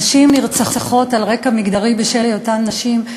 נשים נרצחות על רקע מגדרי, בשל היותן נשים.